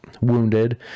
wounded